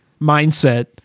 mindset